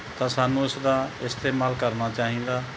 ਤਾਂ ਸਾਨੂੰ ਇਸਦਾ ਇਸਤੇਮਾਲ ਕਰਨਾ ਚਾਹੀਦਾ